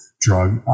drug